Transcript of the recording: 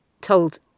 told